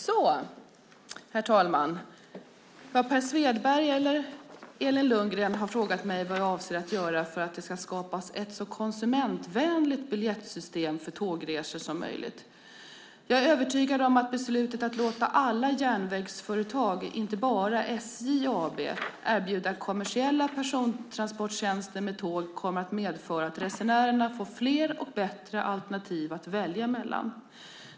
Herr talman! Per Svedberg har frågat mig vad jag avser att göra för att det ska skapas ett så konsumentvänligt biljettsystem för tågresor som möjligt. Jag är övertygad om att beslutet att låta alla järnvägsföretag, inte bara SJ AB, erbjuda kommersiella persontransporttjänster med tåg kommer att medföra att resenärerna får fler och bättre alternativ att välja mellan.